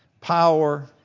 power